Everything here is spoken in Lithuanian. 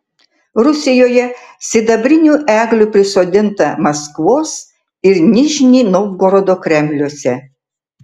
rusijoje sidabrinių eglių prisodinta maskvos ir nižnij novgorodo kremliuose